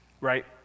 right